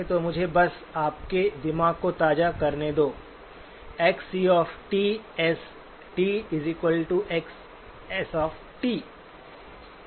तो मुझे बस आपके दिमाग को ताज़ा करने दो xcs xs का सैंपलड सिग्नल है